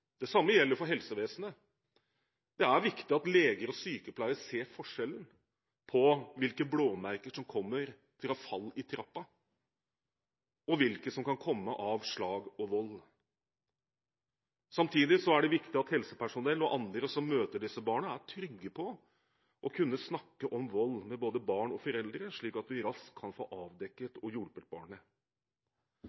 Det samme gjelder for helsevesenet. Det er viktig at leger og sykepleiere ser forskjellen på blåmerker som kommer fra fall i trappa, og blåmerker som kan komme av slag og vold. Samtidig er det viktig at helsepersonell og andre som møter disse barna, er trygge på å kunne snakke om vold med både barn og foreldre, slik at de raskt kan få